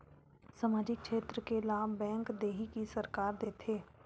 सामाजिक क्षेत्र के लाभ बैंक देही कि सरकार देथे?